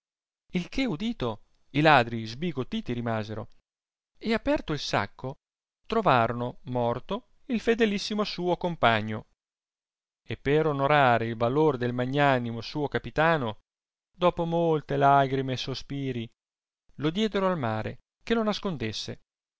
il che udito i ladri sbigottiti rimasero e aperto il sacco ti'ovarono morto il fedelississimo suo compagno e per onorare il valor del magnanimo suo capitano dopo molte lagrime e sospiri lo diedero al mare che lo nascondesse